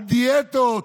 על דיאטות.